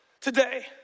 today